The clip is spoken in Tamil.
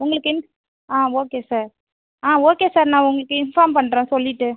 உங்களுக்கு ஆ ஓகே சார் ஆ ஓகே சார் நான் உங்களுக்கு இன்ஃபாம் பண்ணுறேன் சொல்லிவிட்டு